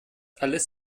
alles